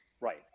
Right